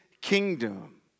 kingdom